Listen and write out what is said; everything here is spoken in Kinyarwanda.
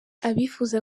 abifuza